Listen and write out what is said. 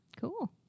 Cool